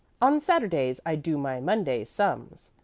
on saturdays i'd do my monday's sums,